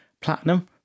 platinum